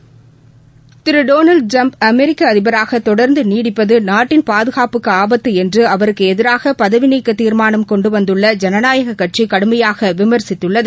திரு Donald Trump அமெரிக்க அதிபராக தொடர்ந்து நீடிப்பது நாட்டின் பாதுனப்புக்கு ஆபத்து என்று அவருக்கு எதிராக பதவிநீக்க தீர்மானம் கொண்டு வந்துள்ள ஜனநாயகக் கட்சி கடுமையாக விமர்சசித்துள்ளது